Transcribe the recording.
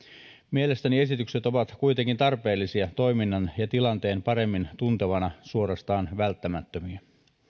mielestäni esitykset ovat kuitenkin tarpeellisia toiminnan ja tilanteen paremmin tuntien suorastaan välttämättömiä